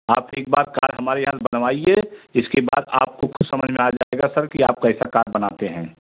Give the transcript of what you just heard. आप एक बार कार हमारे यहाँ पर बनवाइए इसके बाद आपको ख़ुद समझ में आ जाएगा सर कि आप कैसा कार बनाते हैं